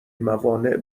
موانع